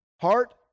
Heart